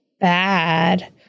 bad